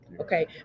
okay